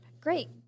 Great